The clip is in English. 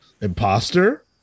Imposter